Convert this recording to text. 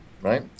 right